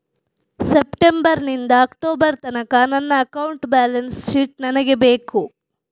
September ನಿಂದ October ತನಕ ನನ್ನ ಅಕೌಂಟ್ ಬ್ಯಾಲೆನ್ಸ್ ಶೀಟ್ ನನಗೆ ಬೇಕು